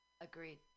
Agreed